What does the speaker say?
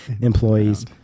employees